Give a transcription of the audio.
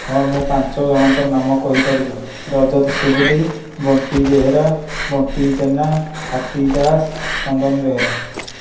ହଁ ମୁଁ ପାଞ୍ଚଜଣଙ୍କ ନାମ କହିପାରିବି ରଜତ ସୁବୁଦ୍ଧି ବଣ୍ଟି ବେହେରା ବଣ୍ଟି ଜେନା ହାପି ଦାସ ଚନ୍ଦନ ବେହେରା